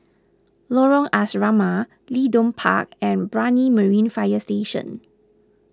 Lorong Asrama Leedon Park and Brani Marine Fire Station